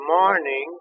morning